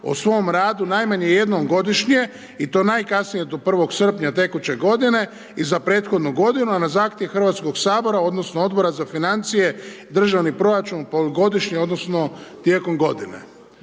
o svom radu najmanje jednom godišnje i to najkasnije do 1. srpnja tekuće godine i za prethodnu godinu, a na zahtjev Hrvatskoga sabora odnosno Odbora za financije i državni proračun polugodišnje odnosno tijekom godine.